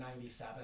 97